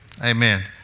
Amen